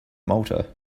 malta